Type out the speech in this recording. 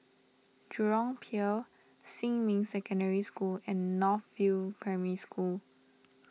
Jurong Pier Xinmin Secondary School and North View Primary School